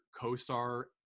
co-star